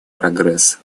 прогресс